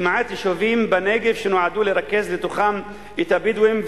למעט יישובים בנגב שנועדו לרכז בתוכם את הבדואים,